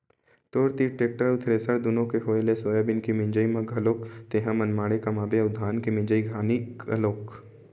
तोर तीर टेक्टर अउ थेरेसर दुनो के होय ले सोयाबीन के मिंजई म घलोक तेंहा मनमाड़े कमाबे अउ धान के मिंजई खानी घलोक